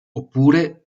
oppure